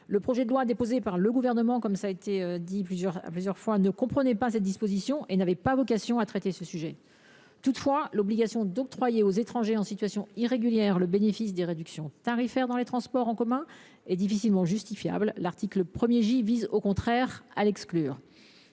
Le projet de loi déposé par le Gouvernement – cette précision est revenue plusieurs fois – ne comprenait pas cette disposition et n’avait pas vocation à traiter ce sujet. Toutefois, l’obligation d’octroyer aux étrangers en situation irrégulière le bénéfice de réductions tarifaires dans les transports en commun est difficilement justifiable. L’article 1 J vise à l’exclure.